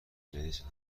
جدید